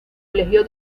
elogió